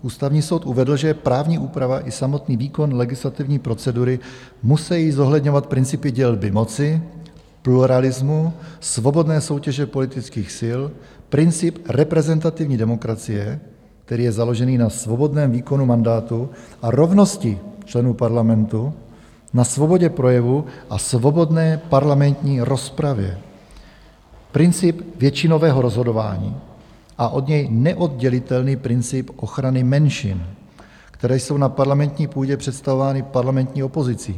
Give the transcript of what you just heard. Ústavní soud uvedl, že právní úprava i samotný výkon legislativní procedury musejí zohledňovat principy dělby moci, pluralismu, svobodné soutěže, politických sil, princip reprezentativní demokracie, který je založený na svobodném výkonu mandátu a rovnosti členů parlamentu, na svobodě, projevu a svobodné parlamentní rozpravě, Princip většinového rozhodování a od něj neoddělitelný princip ochrany menšin, které jsou na parlamentní půdě představovány parlamentní opozicí.